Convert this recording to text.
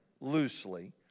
loosely